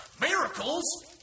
Miracles